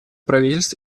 правительств